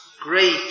great